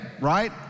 right